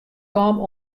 kaam